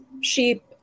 sheep